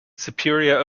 superior